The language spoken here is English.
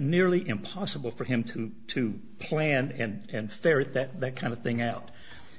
nearly impossible for him to to plan and ferret that kind of thing out